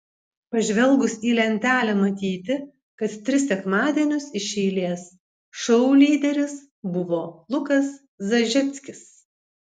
pažvelgus į lentelę matyti kad tris sekmadienius iš eilės šou lyderis buvo lukas zažeckis